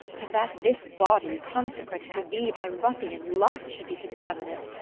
and that this body, consecrate to thee, by ruffian lust should be contaminate!